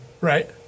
Right